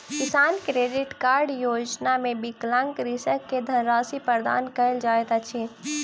किसान credit card योजना मे विकलांग कृषक के धनराशि प्रदान कयल जाइत अछि